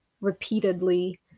repeatedly